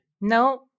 No